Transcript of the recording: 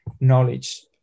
knowledge